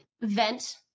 vent